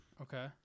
Okay